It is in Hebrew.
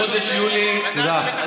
בחודש יולי, תודה.